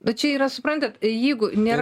nu čia yra suprantat jeigu nėra